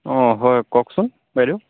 অ হয় কওকচোন বাইদেউ